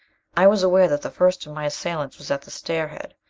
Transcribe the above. i was aware that the first of my assailants was at the stairhead.